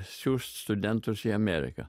siųsti studentus į ameriką